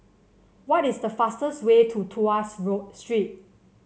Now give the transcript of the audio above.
what is the fastest way to Tuas Road Street